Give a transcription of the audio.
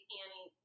Annie